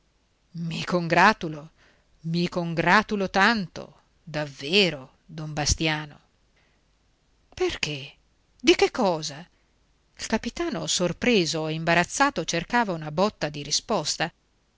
i congratulo i congratulo tanto davvero don bastiano perché di che cosa il capitano sorpreso e imbarazzato cercava una botta di risposta